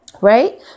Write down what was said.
right